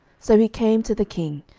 so he came to the king.